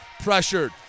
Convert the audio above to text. pressured